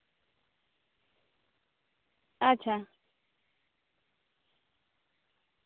ᱟᱪᱪᱷᱟ